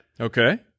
okay